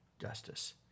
justice